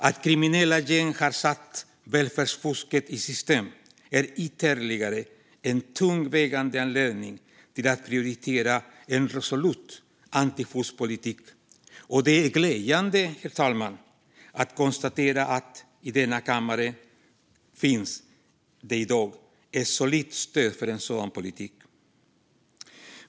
Att kriminella gäng har satt välfärdsfusket i system är ytterligare ett tungt vägande skäl till att prioritera en resolut antifuskpolitik, och det är glädjande, herr talman, att kunna konstatera att det i denna kammare i dag finns ett solitt stöd för en sådan politik.